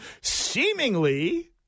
seemingly